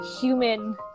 human